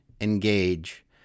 engage